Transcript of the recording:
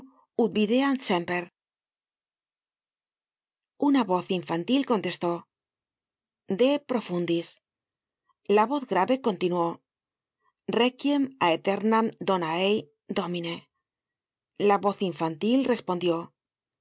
una voz infantil contestó de profundis la voz grave continuó requiem oeternam dona ei domine la voz infantil respondió